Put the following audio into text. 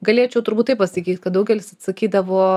galėčiau turbūt taip pasakyt kad daugelis atsakydavo